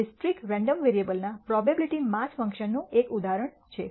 તે discrete random variable ના probability mass ફંક્શનનું એક ઉદાહરણ છે